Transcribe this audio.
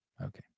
Okay